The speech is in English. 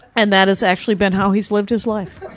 and that has actually been how he's lived his life.